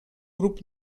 grup